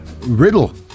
Riddle